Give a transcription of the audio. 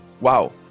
Wow